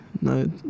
no